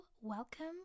welcome